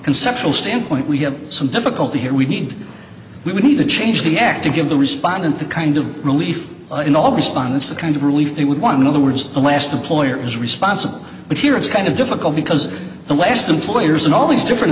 conceptual standpoint we have some difficulty here we need we need to change the active give the respondent the kind of relief in all the spawn that's the kind of relief you would want to know the words the last employer is responsible but here it's kind of difficult because the last employers in all these different